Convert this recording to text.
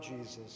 Jesus